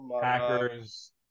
Packers